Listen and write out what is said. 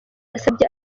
yasabye